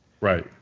Right